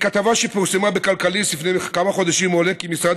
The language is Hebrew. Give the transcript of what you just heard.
מכתבה שפורסמה בכלכליסט לפני כמה חודשים עולה כי משרד